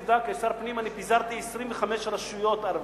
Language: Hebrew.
עובדה, כשר פנים אני פיזרתי כ-25 רשויות ערביות.